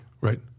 right